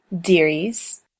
dearies